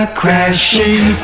crashing